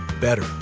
better